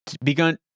begun